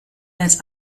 als